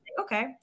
okay